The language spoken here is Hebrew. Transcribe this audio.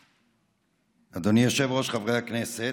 אדוני היושב-ראש, חברי הכנסת,